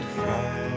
fly